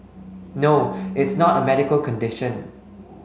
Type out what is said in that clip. no it's not a medical condition